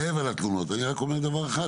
מעבר לתלונות אני רק אומר דבר אחד,